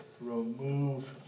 remove